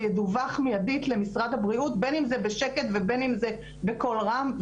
זה ידווח מיידית למשרד הבריאות בין אם זה בשקט ובין אם זה בקול רם,